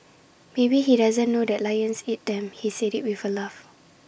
maybe he doesn't know that lions eat them he said IT with A laugh